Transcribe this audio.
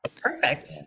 perfect